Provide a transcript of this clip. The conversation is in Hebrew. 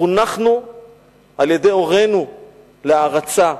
חונכנו על-ידי הורינו להערצה,